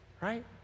right